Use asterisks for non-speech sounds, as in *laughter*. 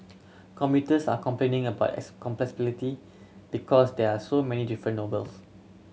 commuters are complaining about *unintelligible* because there are so many different *unintelligible*